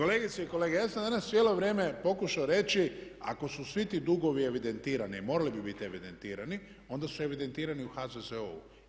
Kolegice i kolege ja sam danas cijelo vrijeme pokušao reći ako su svi ti dugovi evidentirani, morali bi biti evidentirani, onda su evidentirani u HZZO-u.